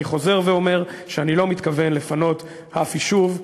חוזר ואומר שאני לא מתכוון לפנות אף יישוב,